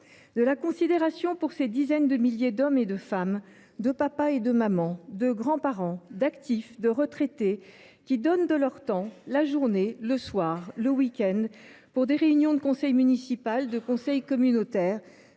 De la considération pour ces dizaines de milliers d’hommes et de femmes, de papas et de mamans, de grands parents, d’actifs, de retraités, qui donnent de leur temps, la journée, le soir, le week end, pour des réunions du conseil municipal, du conseil communautaire,